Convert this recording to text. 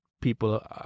people